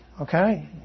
okay